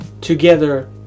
Together